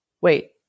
Wait